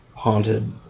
haunted